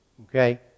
Okay